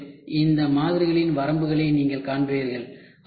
மேலும் இந்த மாதிரிகளின் வரம்புகளையும் நீங்கள் காண்பீர்கள்